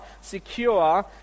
secure